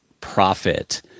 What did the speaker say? profit